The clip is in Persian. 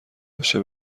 بشه